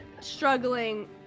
struggling